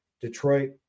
Detroit